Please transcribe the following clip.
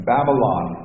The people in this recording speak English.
Babylon